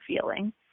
feeling